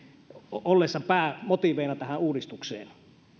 ollessa päämotiiveina tähän uudistukseen